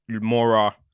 Mora